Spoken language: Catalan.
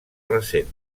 recent